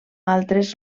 altres